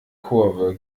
kurve